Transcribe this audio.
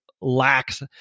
lacks